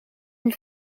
een